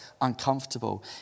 uncomfortable